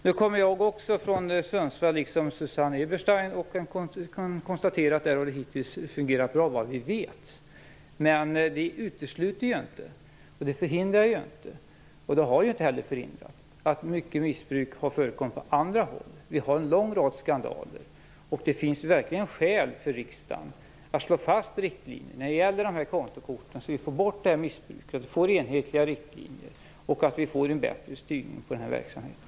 Jag kommer liksom Susanne Eberstein från Sundsvall, och jag kan konstatera att det där hittills har fungerat bra vad vi vet. Men det utesluter inte, det förhindrar inte och det har inte heller förhindrat att mycket missbruk har förekommit på andra håll. Vi har en lång rad skandaler, och det finns verkligen skäl för riksdagen att slå fast riktlinjer för kontokorten så att vi får bort detta missbruk, får enhetliga riktlinjer och får en bättre styrning av den här verksamheten.